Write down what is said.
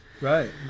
Right